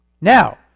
Now